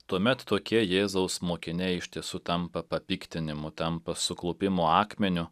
tuomet tokie jėzaus mokiniai iš tiesų tampa papiktinimu tampa suklupimo akmeniu